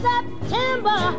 September